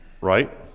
right